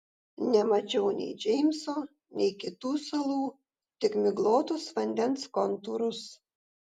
nemačiau nei džeimso nei kitų salų tik miglotus vandens kontūrus